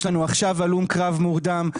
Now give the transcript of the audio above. יש לנו עכשיו הלום קרב מורדם.